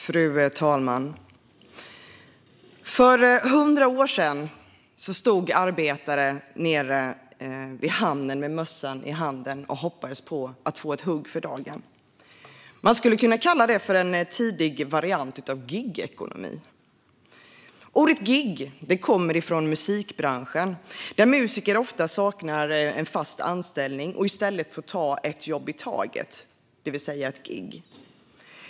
Fru talman! För 100 år sedan stod arbetare i hamnen med mössan i handen och hoppades på att få ett påhugg för dagen. Man skulle kunna kalla det för en tidig variant av gigekonomi. ILO:s hundraårs-deklaration för framtidens arbetsliv Ordet gig kommer från musikbranschen, där musiker ofta saknar en fast anställning och i stället får ta ett jobb i taget, det vill säga ett gig.